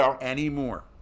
anymore